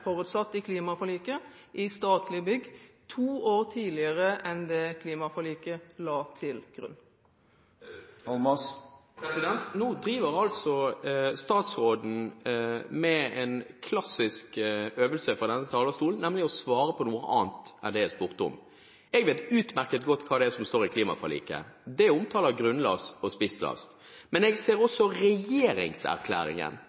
forutsatt i klimaforliket, i statlige bygg to år tidligere enn det klimaforliket la til grunn. Nå driver statsråden med en klassisk øvelse fra denne talerstolen, nemlig å svare på noe annet enn det jeg spurte om. Jeg vet utmerket godt hva som står i klimaforliket – det er omtale av grunnlast og spisslast. Men jeg ser